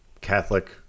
Catholic